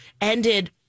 ended